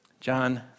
John